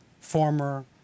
Former